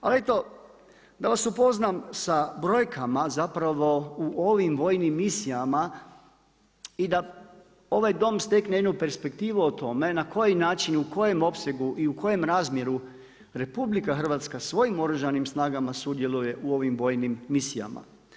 Ali eto da vas upoznam sa brojkama zapravo u ovim vojnim misijama i da ovaj Dom stekne jednu perspektivu o tome na koji način, u kojem opsegu i u kojem razmjeru RH svojim Oružanim snagama sudjeluje u ovim vojnim misijama.